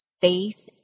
faith